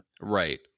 Right